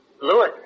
Lewis